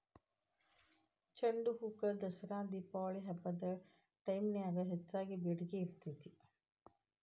ಚಂಡುಹೂಕ ದಸರಾ ದೇಪಾವಳಿ ಹಬ್ಬದ ಟೈಮ್ನ್ಯಾಗ ಹೆಚ್ಚಗಿ ಬೇಡಿಕಿ ಇರ್ತೇತಿ